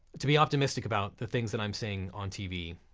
to be optimistic about, the things that i'm seeing on tv,